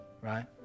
right